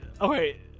Okay